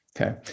Okay